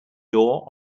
door